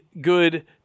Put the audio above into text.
good